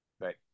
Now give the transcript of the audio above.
right